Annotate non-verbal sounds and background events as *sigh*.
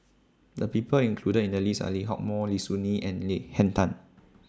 The People included in The list Are Lee Hock Moh Lim Soo Ngee and *unintelligible* Henn Tan